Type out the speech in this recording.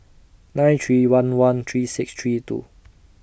nine three one one three six three two